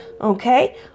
okay